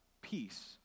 Peace